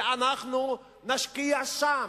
ואנחנו נשקיע שם,